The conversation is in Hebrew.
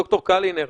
ד"ר קלינר,